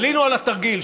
עלינו על התרגיל,